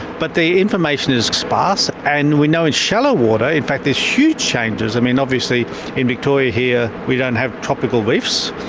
but the information is sparse, and we know in shallow water in fact there's huge changes. um obviously in victoria here we don't have tropical reefs,